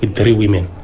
with three women.